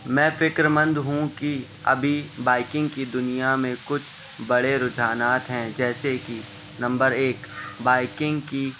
میں فکر مند ہوں کہ ابھی بائکنگ کی دنیا میں کچھ بڑے رجحانات ہیں جیسے کہ نمبر ایک بائکنگ کی